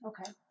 Okay